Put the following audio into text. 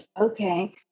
okay